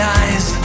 eyes